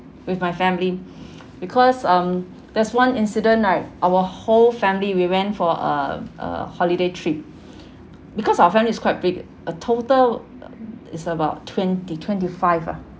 with my family because um there's one incident right our whole family we went for um uh holiday trip because our family is quite big uh total is about twenty twenty five ah